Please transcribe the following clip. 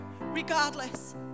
regardless